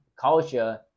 culture